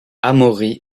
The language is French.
amaury